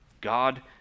God